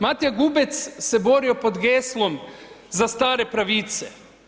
Matija Gubec se borio pod geslom za stare pravice.